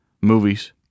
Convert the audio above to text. movies